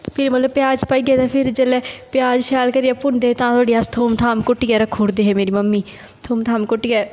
फ्ही मतलब प्याज पाइयै ते फिर जेल्लै प्याज शैल करियै भुनदे हे तां धोड़ी अस थोम थाम कुट्टियै रक्खी ओड़दे हे मेरी मम्मी थोम थाम कुट्टियै